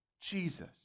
Jesus